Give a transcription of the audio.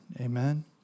Amen